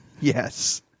Yes